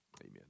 Amen